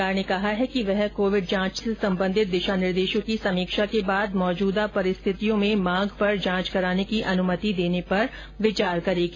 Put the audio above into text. सरकार ने कहा है कि वह कोविड जांच से संबंधित दिशा निर्देशों की समीक्षा के बाद मौजूदा परिस्थितियों में मांग पर जांच कराने की अनुमति देने पर विचार करेगी